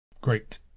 great